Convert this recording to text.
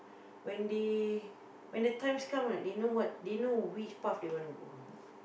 when they when the times come right they know what they know which path they wanna go